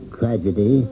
tragedy